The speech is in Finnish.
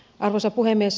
arvoisa puhemies